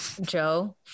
Joe